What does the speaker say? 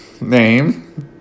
name